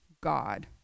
God